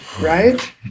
right